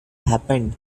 happened